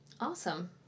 Awesome